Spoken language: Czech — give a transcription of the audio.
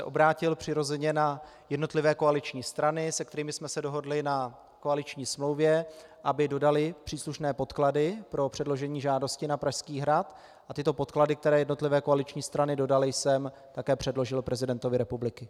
Obrátil jsem se přirozeně na jednotlivé koaliční strany, se kterými jsme se dohodli na koaliční smlouvě, aby dodaly příslušné podklady pro předložení žádosti na Pražský hrad, a tyto podklady, které jednotlivé koaliční strany dodaly, jsem také předložil prezidentovi republiky.